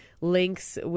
links